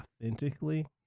authentically